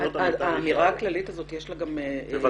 לאמירה הכללית הזאת יש גם תוכנית?